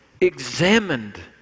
examined